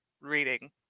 reading